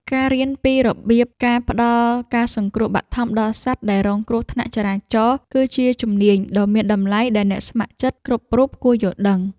ការរៀនពីរបៀបការផ្ដល់ការសង្គ្រោះបឋមដល់សត្វដែលរងគ្រោះថ្នាក់ចរាចរណ៍ គឺជាជំនាញដ៏មានតម្លៃដែលអ្នកស្ម័គ្រចិត្តគ្រប់រូបគួរយល់ដឹង។